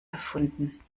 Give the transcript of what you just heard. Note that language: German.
erfunden